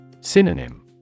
Synonym